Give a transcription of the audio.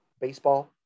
baseball